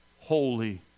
holy